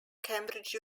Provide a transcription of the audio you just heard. cambridge